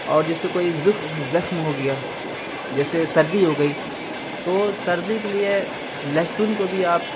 اور جیسے کوئی زخ زخم ہو گیا جیسے سردی ہو گئی تو سردی کے لیے لہسن کو بھی آپ